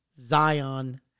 Zion